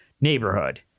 neighborhood